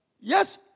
Yes